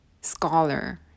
scholar